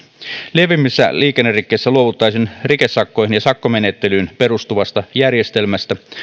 lievemmissä liikennerikkeissä luovuttaisiin rikesakkoihin ja sakkomenettelyyn perustuvasta järjestelmästä